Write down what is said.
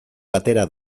batera